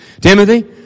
Timothy